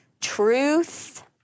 Truth